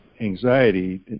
anxiety